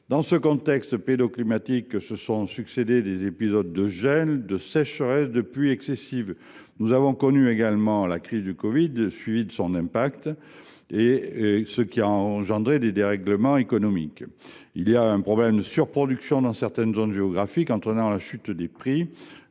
dans ce contexte pédoclimatique, se sont succédé des épisodes de gel, de sécheresse et de pluies excessives. Nous avons connu également la crise du covid 19, qui a provoqué des dérèglements économiques. Il y a un problème de surproduction dans certaines zones géographiques, entraînant une chute des prix